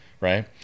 right